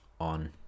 on